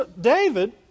David